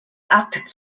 akt